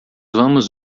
vamos